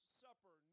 supper